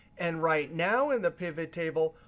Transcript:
and right now in the pivot table,